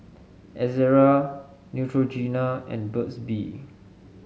Ezerra Neutrogena and Burt's Bee